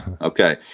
Okay